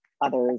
others